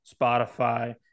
Spotify